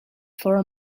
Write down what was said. for